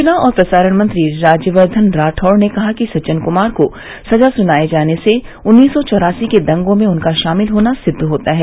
सूचना और प्रसारण मंत्री राज्यवर्द्धन राठौड़ ने कहा कि सज्जन कुमार को सजा सुनाये जाने से उन्नीस सौ चौरासी के दंगों में उनका शामिल होना सिद्द होता है